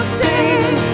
sing